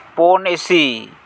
ᱯᱳᱱ ᱤᱥᱤ